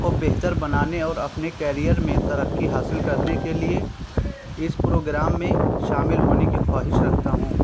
کو بہتر بنانے اور اپنے کیریئر میں ترقی حاصل کرنے کے لیے اس پروگرام میں شامل ہونے کی خواہش رکھتا ہوں